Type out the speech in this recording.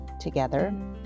together